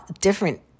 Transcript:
different